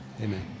amen